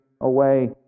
away